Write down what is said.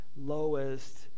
lowest